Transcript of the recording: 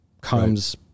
comes